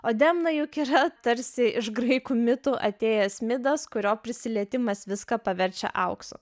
o demna juk yra tarsi iš graikų mitų atėjęs midas kurio prisilietimas viską paverčia auksu